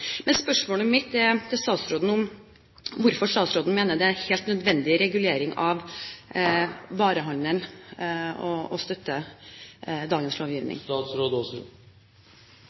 Men spørsmålet mitt til statsråden er hvorfor statsråden mener det er helt nødvendig for regulering av varehandelen å støtte dagens lovgivning.